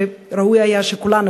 וראוי היה שכולנו,